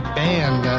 band